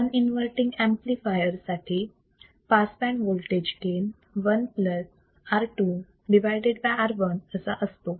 non inverting amplifier साठी pass band voltage gain 1 R2 R1 असा असतो